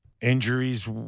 injuries